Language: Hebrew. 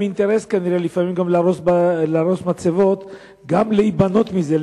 כנראה אינטרס לפעמים להרוס מצבות ולהיבנות מזה,